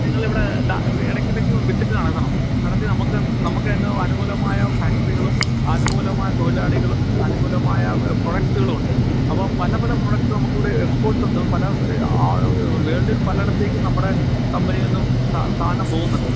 നിങ്ങളിവിടെ ഇടക്കിടയ്ക്ക് വിസിറ്റ് നടത്തണം നടത്തി നമുക്ക് നമുക്ക് രണ്ടും അനുകൂലമായ ഫാക്റ്ററികളും അനുകൂലമായ തൊഴിലാളികളും അനുകൂലമായ പ്രൊഡക്റ്റ്സുകളുമുണ്ട് അപ്പം പല പല പ്രൊഡക്റ്റ്സ് നമുക്കിവിടെ എസ്പോർട്ട്സുണ്ട് പല വേൾഡിൽ പലയിടത്തേയ്ക്കും നമ്മുടെ കമ്പനിയിൽ നിന്നും സാധനം പോകുന്നുണ്ട്